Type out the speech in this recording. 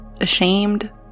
ashamed